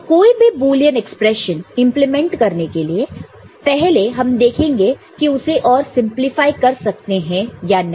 तो कोई भी बुलियन एक्सप्रेशन इंप्लीमेंट करने के पहले हम देखेंगे कि उसे और सिंपलीफाई कर सकते हैं या नहीं